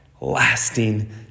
lasting